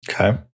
Okay